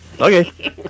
Okay